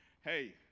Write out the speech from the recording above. hey